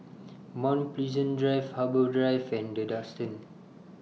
Mount Pleasant Drive Harbour Drive and The Duxton